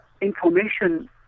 information